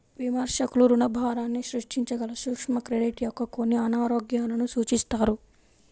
విమర్శకులు రుణభారాన్ని సృష్టించగల సూక్ష్మ క్రెడిట్ యొక్క కొన్ని అనారోగ్యాలను సూచిస్తారు